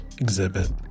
exhibit